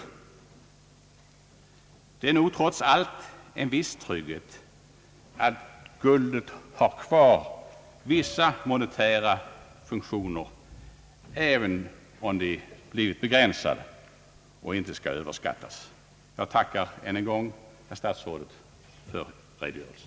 Det ligger nog trots allt en viss trygghet i ait guldet har kvar vissa monetära funktioner, även om de blir begränsade och inte skall överskattas. Jag tackar än en gång herr statsrådet för redogörelsen.